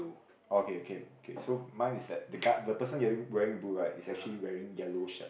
orh K K so mine is that the guy the person getting wearing the blue right is actually wearing yellow shirt